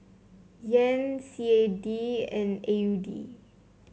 Yen C A D and A U D